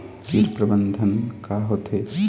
कीट प्रबंधन का होथे?